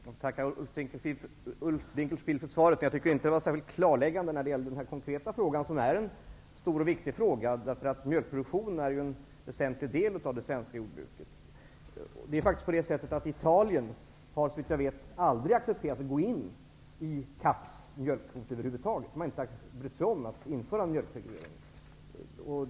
Jag tackar Ulf Dinkelspiel för svaret, men jag tycker inte att det var särskilt klarläggande när det gäller den stora och viktiga konkreta frågan. Mjölkproduktionen är en väsentlig del av det svenska jordbruket. Italien har såvitt jag vet aldrig accepterat att över huvud taget gå in i CAP:s mjölkkvot. Man har inte brytt sig om att införa mjölkreglering.